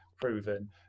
proven